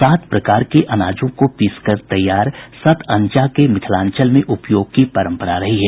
सात प्रकार के अनाजों को पीसकर तैयार सतअनजा के मिथिलांचल में उपयोग की परंपरा रही है